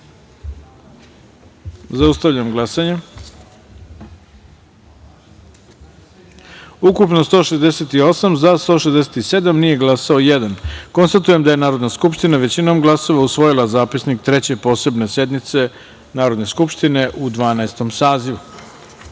taster. Zaustavljam glasanje: ukupno - 168, za – 167, nije glasao jedan. Konstatujem da je Narodna skupština, većinom glasova, usvojila Zapisnik Treće posebne sednice Narodne skupštine u Dvanaestom